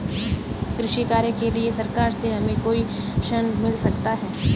कृषि कार्य के लिए सरकार से हमें कोई ऋण मिल सकता है?